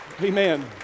amen